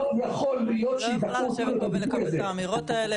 לא יכול להיות --- אני לא יכולה לשבת פה ולקבל את האמירות האלה,